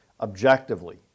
objectively